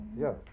Yes